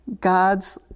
God's